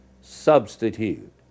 substitute